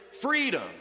freedom